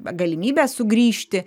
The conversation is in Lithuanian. galimybę sugrįžti